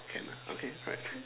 can ah okay right